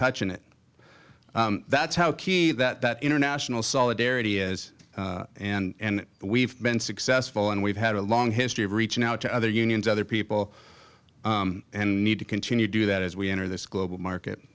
touching it that's how key that international solidarity is and we've been successful and we've had a long history of reaching out to other unions other people and need to continue to do that as we enter this global market